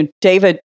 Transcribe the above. David